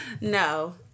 No